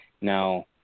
Now